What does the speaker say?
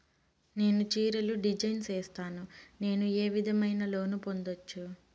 నేను చీరలు డిజైన్ సేస్తాను, నేను ఏ విధమైన లోను పొందొచ్చు